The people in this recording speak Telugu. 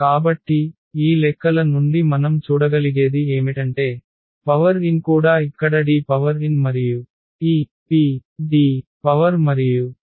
కాబట్టి ఈ లెక్కల నుండి మనం చూడగలిగేది ఏమిటంటే పవర్ n కూడా ఇక్కడ D పవర్ n మరియు ఈ PD పవర్ మరియు P 1